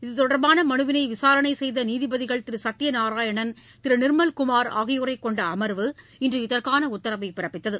இத்தொடர்பான மனுவினை விசாரணை செய்த நீதிபதிகள் திரு சத்தியநாராயணன் திரு நிர்மல்குமார் ஆகியோரை கொண்ட அமர்வு இன்று இதற்கான உத்தரவை பிறப்பிதித்தது